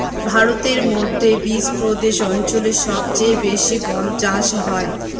ভারতের মধ্যে বিচপ্রদেশ অঞ্চলে সব চেয়ে বেশি গম চাষ হয়